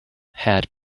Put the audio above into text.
had